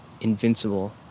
invincible